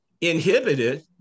inhibited